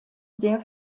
sehr